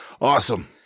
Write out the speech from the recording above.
awesome